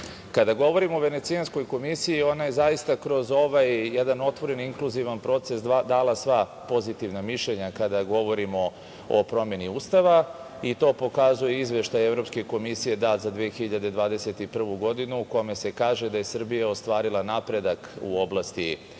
govorimo o Venecijanskoj komisiji, ona je zaista kroz ovaj jedan otvoreni inkluzivan proces dala sva pozitivna mišljenja kada govorimo o promeni Ustava. To pokazuje izveštaj Evropske komisije za 2021. godinu u kome se kaže da je Srbija ostvarila napredak u oblasti pravosuđa.